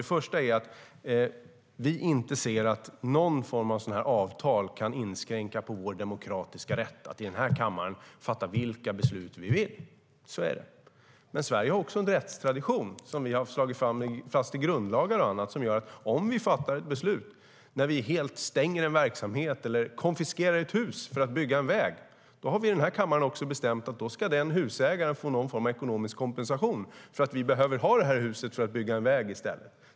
Det första är att inte någon form av sådana här avtal kan inskränka vår demokratiska rätt att i den här kammaren fatta vilka beslut vi vill. Sverige har också en rättstradition som vi har slagit fast i grundlagar och annat. Om vi fattar beslut om att helt stänga en verksamhet eller konfiskera ett hus för att bygga en väg har vi i den här kammaren bestämt att husägaren ska få någon form av ekonomisk kompensation för att vi behöver ha huset för att i stället kunna bygga en väg.